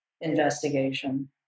investigation